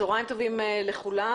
צוהריים טובים לכולם.